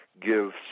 give